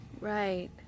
Right